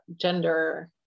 gender